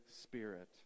Spirit